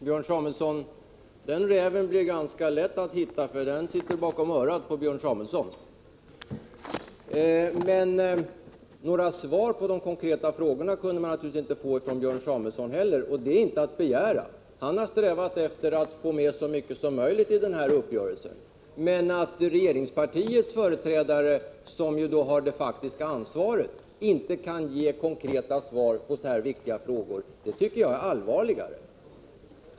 Herr talman! Den räven blir ganska lätt att hitta. Den sitter nämligen bakom örat på Björn Samuelson. Men några svar på de konkreta frågorna kunde man naturligtvis inte få från Björn Samuelson, och det var inte att begära. Han har strävat efter att få med så mycket som möjligt i den här uppgörelsen. Jag tycker att det är allvarligare att regeringspartiets företrädare, som har det faktiska ansvaret, inte kan ge konkreta svar på så här viktiga frågor.